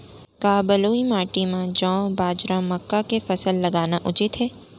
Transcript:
का बलुई माटी म जौ, बाजरा, मक्का के फसल लगाना उचित हे?